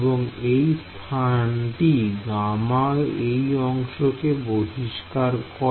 এবং এই স্থানটি গামা এই অংশটি কে বহিষ্কার করে